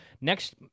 Next